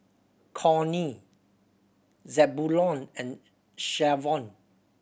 Connie Zebulon and Shavon